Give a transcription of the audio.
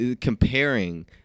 Comparing